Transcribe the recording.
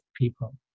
people